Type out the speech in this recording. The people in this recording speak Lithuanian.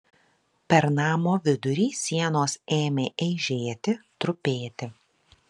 per namo vidurį sienos ėmė eižėti trupėti